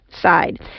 side